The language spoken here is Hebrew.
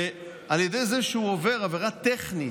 ועל ידי זה שהוא עובר עבירה טכנית,